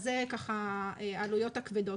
אלו העלויות הכבדות.